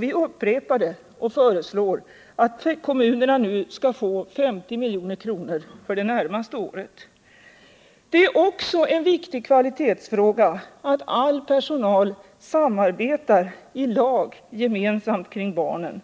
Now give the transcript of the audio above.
Vi upprepar det därför och föreslår att 50 milj.kr. anslås för det närmaste året. Det är också en viktig kvalitetsfråga att all personal arbetar i lag gemensamt kring barnen.